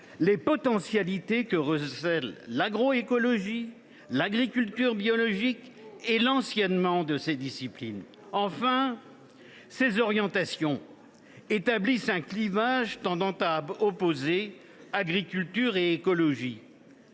les potentialités que recèdent l’agroécologie, l’agriculture biologique et l’enseignement de ces disciplines. Pipeau ! En outre, ces orientations créent un clivage tendant à opposer agriculture et écologie.